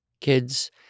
kids